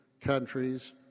countries